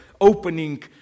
opening